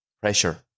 pressure